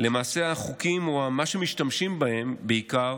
למעשה החוקים, או מה שמשתמשים בו בעיקר